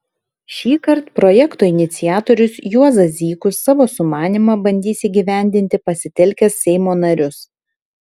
šįkart projekto iniciatorius juozas zykus savo sumanymą bandys įgyvendinti pasitelkęs seimo narius